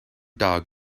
dog